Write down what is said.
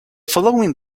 following